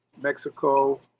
Mexico